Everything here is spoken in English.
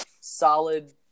solid